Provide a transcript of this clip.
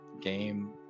game